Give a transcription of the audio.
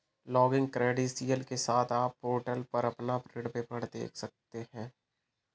login credential के साथ, आप पोर्टल पर अपना ऋण विवरण देख सकते हैं